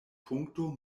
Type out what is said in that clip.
punkto